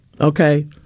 Okay